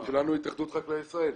כולנו התאחדות חקלאי ישראל.